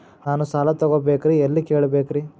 ನಾನು ಸಾಲ ತೊಗೋಬೇಕ್ರಿ ಎಲ್ಲ ಕೇಳಬೇಕ್ರಿ?